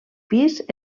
pis